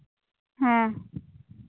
ᱦᱮᱸ